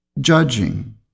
judging